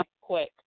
quick